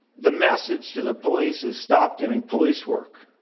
the message to the police is, stop doing police work.